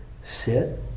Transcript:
sit